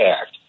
act